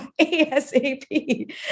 ASAP